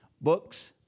Books